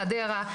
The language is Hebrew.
חדרה,